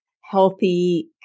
healthy